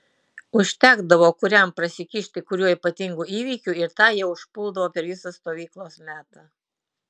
užtekdavo kuriam prasikišti kuriuo ypatingu įvykiu ir tą jau užpuldavo per visą stovyklos metą